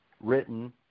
written